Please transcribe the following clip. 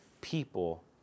people